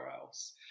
else